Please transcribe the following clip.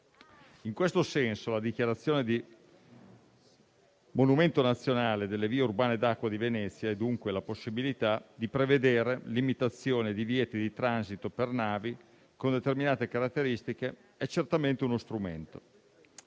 In questo senso, la dichiarazione di monumento nazionale delle vie urbane d'acqua di Venezia e, dunque, la possibilità di prevedere limitazioni e divieti di transito per navi con determinate caratteristiche sono certamente uno strumento.